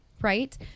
right